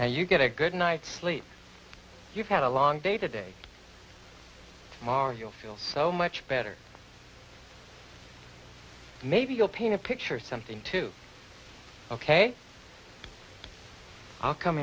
and you get a good night's sleep you've had a long day to day marg you'll feel so much better maybe you'll paint a picture something to ok i'll come